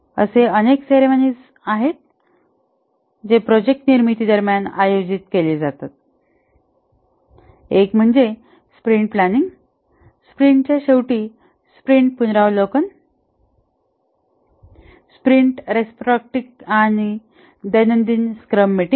असे अनेक सेरेमोनीज आहेत जे प्रोजेक्ट निर्मिती दरम्यान आयोजित केले जातात एक म्हणजे स्प्रिंट प्लांनिंग स्प्रिंटच्या शेवटी स्प्रिंट पुनरावलोकन स्प्रिंट रेट्रोस्पॅक्टिव्ह आणि दैनंदिन स्क्रॅम मीटिंग